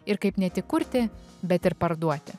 ir kaip ne tik kurti bet ir parduoti